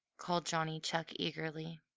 called johnny chuck eagerly.